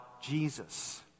Jesus